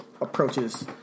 approaches